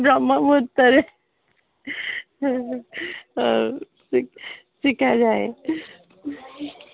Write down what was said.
ବ୍ରହ୍ମମୁହୂର୍ତ୍ତରେ ବ୍ରହ୍ମମୁହୂର୍ତ୍ତରେ ହଉ ଶିଖା ଶିଖାଯାଏ